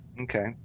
okay